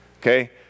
okay